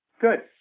Good